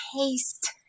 taste